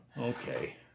Okay